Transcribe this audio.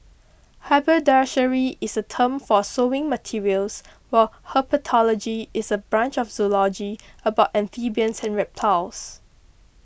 haberdashery is a term for sewing materials while herpetology is a branch of zoology about amphibians and reptiles